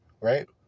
Right